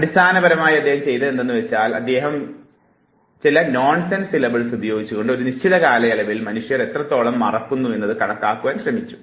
അടിസ്ഥാനപരമായി അദ്ദേഹം ചെയ്തതെന്തെന്ന് വച്ചാൽ അദ്ദേഹം വീണ്ടും നോൺസെൻസ് സിലബിൾസ് ഉപയോഗിച്ചുകൊണ്ട് ഒരു നിശ്ചിത കാലയളവിൽ മനുഷ്യർ എത്രത്തോളം മറക്കുന്നു എന്നത് കണക്കാക്കുവാൻ ശ്രമിച്ചു